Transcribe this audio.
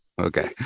Okay